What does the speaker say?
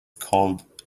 called